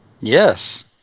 Yes